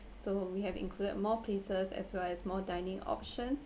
so we have included more places as well as more dining options